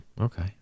okay